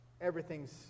everything's